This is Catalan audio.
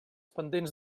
pendents